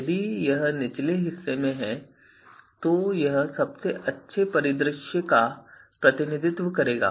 यदि यह निचले हिस्से में है तो यह सबसे अच्छे परिदृश्य का प्रतिनिधित्व करेगा